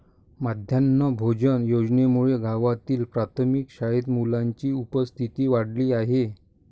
माध्यान्ह भोजन योजनेमुळे गावातील प्राथमिक शाळेत मुलांची उपस्थिती वाढली आहे